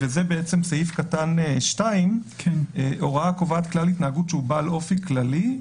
סעיף קטן (2): הוראה הקובעת כלל התנהגות שהוא בעל אופי כללי,